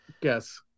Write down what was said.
Yes